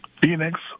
Phoenix